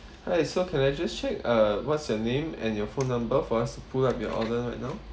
hi so can I just check uh what's your name and your phone number for us to pull up your order right now